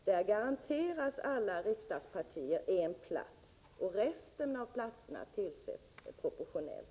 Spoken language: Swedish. Där garanteras alla riksdagspartier en plats, och resten av platserna tillsätts proportionellt.